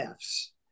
Fs